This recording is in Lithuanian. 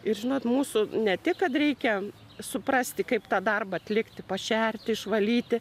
ir žinot mūsų ne tik kad reikia suprasti kaip tą darbą atlikti pašerti išvalyti